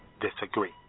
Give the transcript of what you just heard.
disagree